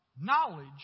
knowledge